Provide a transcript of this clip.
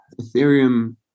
Ethereum